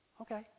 Okay